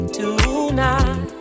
tonight